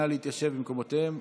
נא להתיישב במקומותיהם.